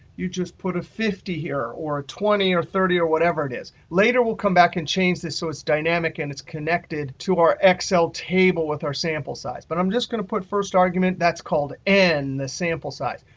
you just put a fifty here or a twenty or thirty or whatever it is. later, we'll come back and change this so it's dynamic and it's connected to our excel table with our sample size. but i'm just going to put first argument that's called n, the sample size,